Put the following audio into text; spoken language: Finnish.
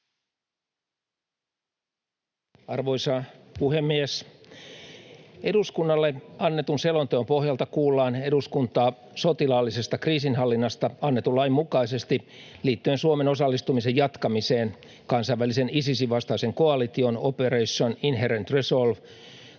Arvoisa puhemies! Eduskunnalle annetun selonteon pohjalta kuullaan eduskuntaa sotilaallisesta kriisinhallinnasta annetun lain mukaisesti liittyen Suomen osallistumisen jatkamiseen kansainvälisen Isisin vastaisen koalition Operation Inherent Resolve